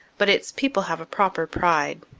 but its people have a proper pride,